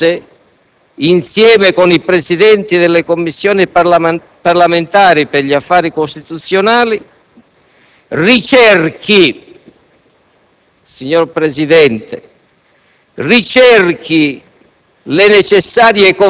e tenendo presente che in autunno i lavori parlamentari saranno assorbiti quasi completamente dalla discussione della legge finanziaria, è auspicabile